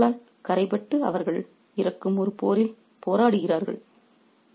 மற்றவரின் கருத்துக்களால் கறைபட்டு அவர்கள் இறக்கும் ஒரு போரில் போராடுகிறார்கள்